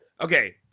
Okay